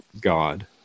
God